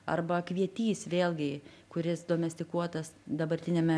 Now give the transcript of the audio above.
arba kvietys vėlgi kuris domestikuotas dabartiniame